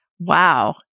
Wow